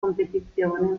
competizione